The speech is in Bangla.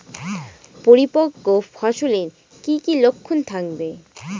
পরিপক্ক ফসলের কি কি লক্ষণ থাকবে?